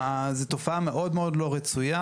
זו תופעה מאוד מאוד לא רצויה,